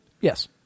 Yes